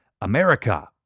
America